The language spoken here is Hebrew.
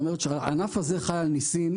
זה אומר שהענף הזה חי על ניסים.